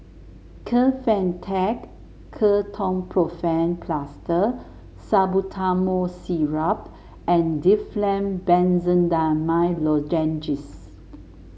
Kefentech Ketoprofen Plaster Salbutamol Syrup and Difflam Benzydamine Lozenges